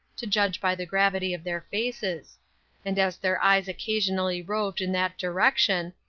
to judge by the gravity of their faces and as their eyes occasionally roved in that direction,